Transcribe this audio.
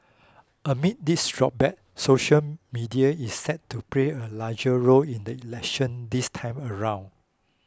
amid this backdrop social media is set to play a larger role in the election this time around